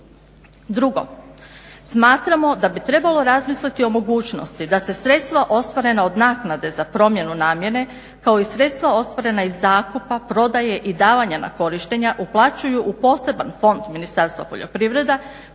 2. Smatramo da bi trebalo razmisliti o mogućnosti da se sredstva ostvarena od naknade za promjenu namjene kao i sredstva ostvarena iz zakupa, prodaje i davanja na korištenje uplaćuju u poseban fond Ministarstva poljoprivrede